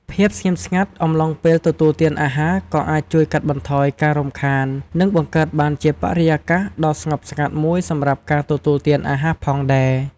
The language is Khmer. ភាពស្ងៀមស្ងាត់អំឡុងពេលទទួលទានអាហារក៏អាចជួយកាត់បន្ថយការរំខាន និងបង្កើតបានជាបរិយាកាសដ៏ស្ងប់ស្ងាត់មួយសម្រាប់ការទទួលទានអាហារផងដែរ ។